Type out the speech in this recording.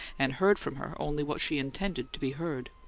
and heard from her only what she intended to be heard.